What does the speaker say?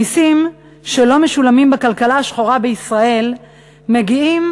המסים שלא משולמים בכלכלה השחורה בישראל מגיעים,